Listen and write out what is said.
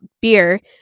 beer